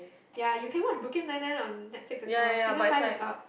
ya you can watch Brooklyn Nine Nine on Netflix as well season five is out